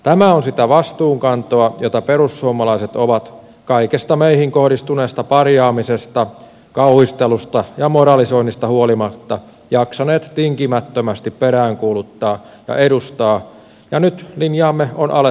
tämä on sitä vastuunkantoa jota perussuomalaiset ovat kaikesta meihin kohdistuneesta parjaamisesta kauhistelusta ja moralisoinnista huolimatta jaksaneet tinkimättömästi peräänkuuluttaa ja edustaa ja nyt linjaamme on alettu myötäillä